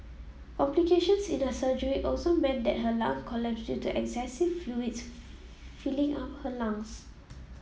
complications in her surgery also meant that her lung collapsed due to excessive fluid filling up her lungs